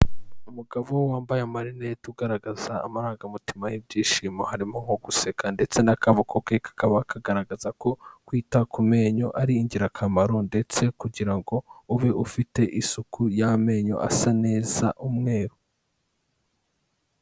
Umugabo wambaye amarinete ugaragaza amarangamutima y'ibyishimo, harimo nko guseka ndetse n'akaboko ke kakaba kagaragaza ko kwita ku menyo ari ingirakamaro ndetse kugira ngo ube ufite isuku y'amenyo asa neza umweru.